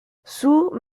soult